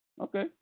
Okay